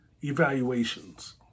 evaluations